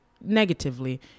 negatively